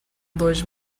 dois